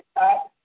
up